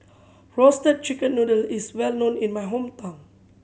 Roasted Chicken Noodle is well known in my hometown